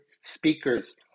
speakers